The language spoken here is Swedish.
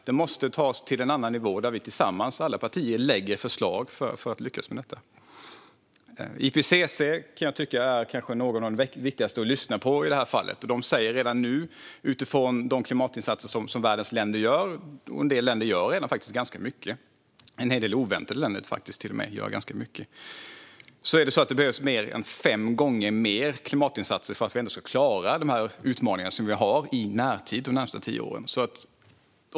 Den måste tas till en annan nivå där vi, alla partier, tillsammans lägger fram förslag för att lyckas med detta. IPCC är bland de viktigaste att lyssna på i det här fallet. De säger redan nu, utifrån de klimatinsatser som världens länder gör - en del länder gör faktiskt oväntat mycket - att det behövs mer än fem gånger mer klimatinsatser för att vi ska klara de utmaningar vi har i närtid, de närmaste tio åren.